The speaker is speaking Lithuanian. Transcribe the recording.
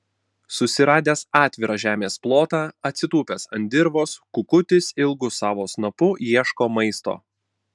susiradęs atvirą žemės plotą atsitūpęs ant dirvos kukutis ilgu savo snapu ieško maisto